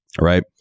right